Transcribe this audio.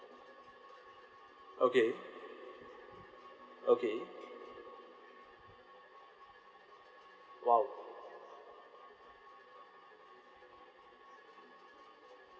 okay okay !wow!